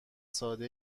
ساده